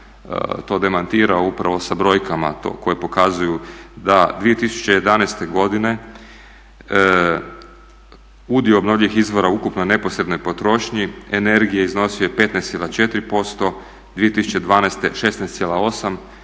to demantirao upravo sa brojkama koje pokazuju da 2011. godine udio obnovljivih izvora ukupno u neposrednoj potrošnji energije iznosio je 15,4%, 2012. 16,8%